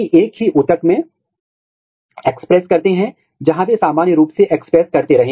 enhancer trapping में मूल रूप से हम क्या करते हैं